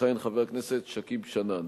יכהן חבר הכנסת שכיב שנאן,